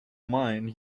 mine